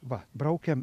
va braukiam